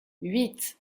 huit